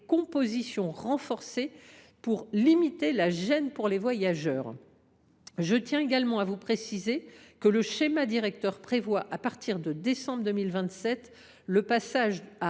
compositions renforcées pour limiter la gêne pour les voyageurs. Je précise également que le schéma directeur prévoit, à partir du mois de décembre 2027, le passage à